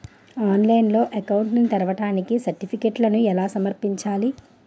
ఆన్లైన్లో అకౌంట్ ని తెరవడానికి సర్టిఫికెట్లను ఎలా సమర్పించాలి?